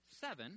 seven